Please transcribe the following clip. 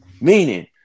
meaning